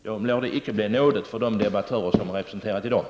Då lär det icke bli nådigt för de debattörer som i dag representerar utskottet.